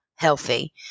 healthy